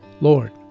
Lord